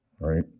right